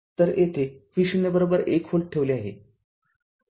तर येथे V0 १ volt ठेवले आहे